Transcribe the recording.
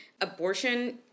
abortion